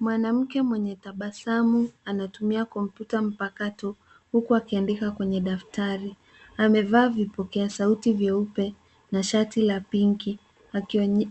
Mwanamke mwenye tabasamu anatumia kompyuta mpakato huku akiandika kwenye daftari. Amevaa vipokea sauti vyeupe na shati la pinki